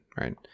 right